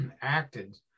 acted